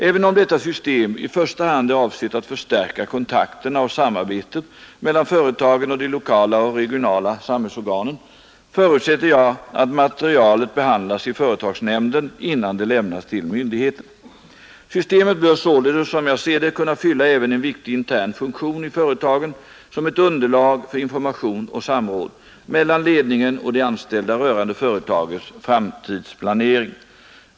Även om detta system i första hand är avsett att förstärka kontakterna och samarbetet mellan företagen och de lokala och regionala samhällsorganen, förutsätter jag att materialet behandlas i företagsnämnden innan det lämnas till myndigheterna. Systemet bör således som jag ser det kunna fylla även en viktig intern funktion i företagen som ett underlag för information och samråd mellan ledningen och de anställda rörande företagets framtidsplanering.